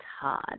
todd